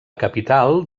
capital